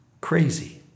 Crazy